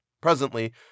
Presently